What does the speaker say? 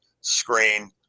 screen